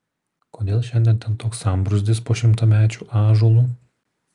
kodėl šiandien ten toks sambrūzdis po šimtamečiu ąžuolu